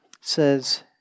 says